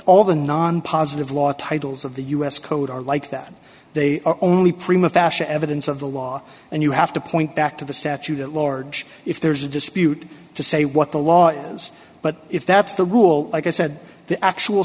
all the non positive law titles of the us code are like that they are only prima fashion evidence of the law and you have to point back to the statute at large if there's a dispute to say what the law is but if that's the rule like i said the actual